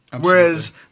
Whereas